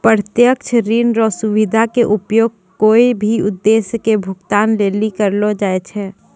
प्रत्यक्ष ऋण रो सुविधा के उपयोग कोय भी उद्देश्य के भुगतान लेली करलो जाय छै